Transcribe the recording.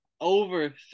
Over